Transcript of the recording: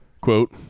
Quote